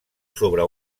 sobre